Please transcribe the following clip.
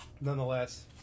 nonetheless